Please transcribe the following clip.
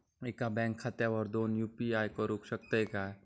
एका बँक खात्यावर दोन यू.पी.आय करुक शकतय काय?